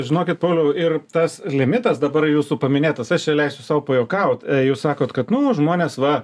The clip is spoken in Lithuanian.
žinokit pauliau ir tas limitas dabar jūsų paminėtas aš čia leisiu sau pajuokaut jūs sakot kad nu žmonės va